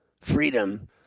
freedom